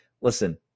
listen